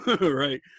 right